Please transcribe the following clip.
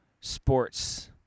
sports